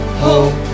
hope